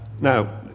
Now